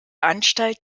anstalt